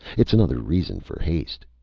it's another reason for haste.